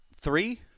three